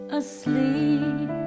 asleep